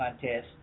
contest